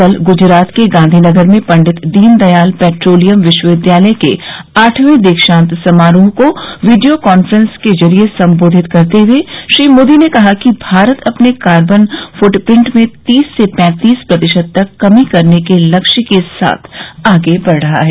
कल गुजरात के गांधीनगर में पंडित दीन दयाल पेट्रोलियम विश्वविद्यालय के आठवें दीक्षान्त समारोह को वीडियो काफ्रेस के जरिये संबोधित करते हुए श्री मोदी ने कहा कि भारत अपने कार्बन फ्टप्रिंट में तीस से पैंतीस प्रतिशत तक कमी करने के लक्ष्य के साथ आगे बढ रहा है